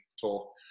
Talk